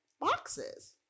boxes